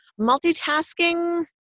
multitasking